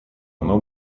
оно